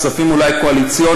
כספים אולי קואליציוניים,